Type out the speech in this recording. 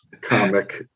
comic